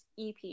EP